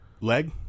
Leg